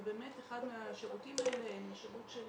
ובאמת אחד מהשירותים האלה הם השירות של